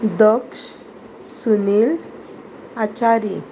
Daksh Sunil Achari